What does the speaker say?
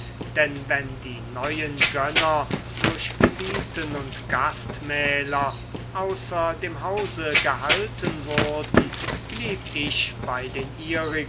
denn wenn die neuen gönner durch visiten und gastmähler außer dem hause gehalten wurden blieb ich bei den